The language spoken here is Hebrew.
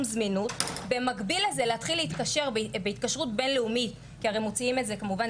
זמינות; להתחיל להתקשר בהתקשרות בין-לאומית כמובן,